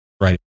right